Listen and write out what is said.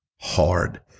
hard